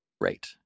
Right